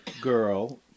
girl